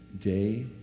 day